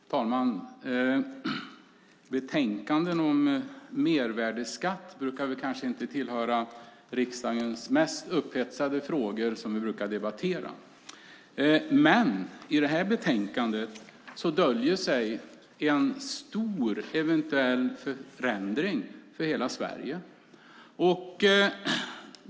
Fru talman! Betänkanden om mervärdesskatt brukar kanske inte tillhöra de mest upphetsande betänkandena vi debatterar i riksdagen. I detta betänkande döljer sig dock en stor eventuell förändring som rör hela Sverige.